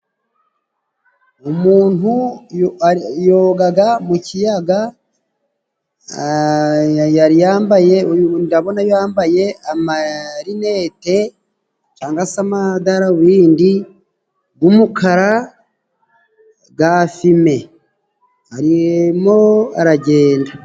Umuntu yoga mu kiyaga yari yambaye ndabona yambaye, amarinete cyangwa se amadarabundi y'umukara ya fime, arimo aragenda.